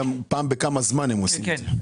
גם פעם בכמה זמן הם עושים את זה?